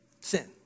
Sin